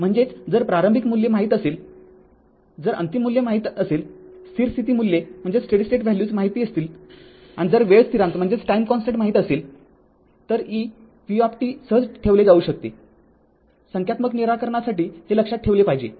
म्हणजेच जर प्रारंभिक मूल्य माहीत असेल जर अंतिम मूल्य माहीत असेल स्थिर स्थिती मूल्ये माहित असतील आणि जर वेळ स्थिरांक माहीत असेल तर e v सहज ठेवले जाऊ शकते संख्यात्मक निराकरणासाठी हे लक्षात ठेवले पाहिजे